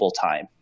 time